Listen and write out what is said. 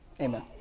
Amen